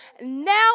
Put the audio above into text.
Now